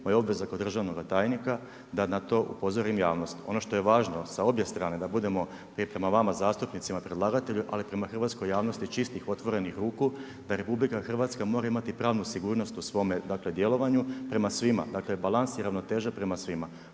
je obveza kao državnoga tajnika da na to upozorim javnost. Ono što je važno sa obje strane, da budemo prije prema vama zastupnicima, predlagatelju, ali prema hrvatskoj javnosti čistih, otvorenih ruku, da RH, mora imati pravnu sigurnost u svome djelovanju, prema svima. Dakle, balans i ravnoteža prema svima.